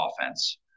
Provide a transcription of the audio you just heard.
offense